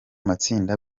matsinda